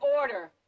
order